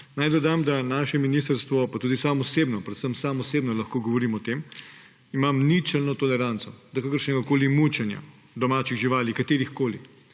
Naj dodam, da naše ministrstvo pa tudi sam osebno, predvsem sam osebno lahko govorim o tem, imam ničelno toleranco do kakršnegakoli mučenja domačih živali, katerihkoli.